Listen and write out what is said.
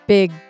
Big